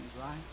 right